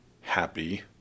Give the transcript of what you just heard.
happy